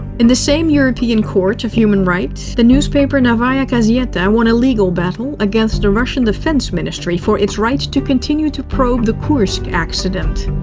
in the same european court of human rights court, the newspaper novaya gazeta and won a legal battle against the russian defense ministry for its right to continue to probe the kursk accident.